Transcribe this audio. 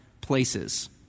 places